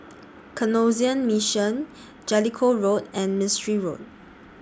Canossian Mission Jellicoe Road and Mistri Road